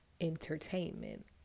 entertainment